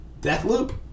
Deathloop